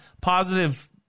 positive